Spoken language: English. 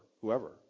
whoever